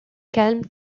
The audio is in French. calme